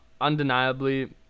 undeniably